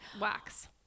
wax